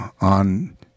On